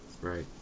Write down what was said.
Right